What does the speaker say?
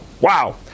Wow